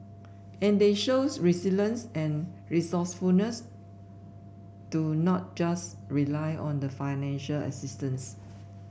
and they shows resilience and resourcefulness to not just rely on the financial assistance